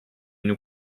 nous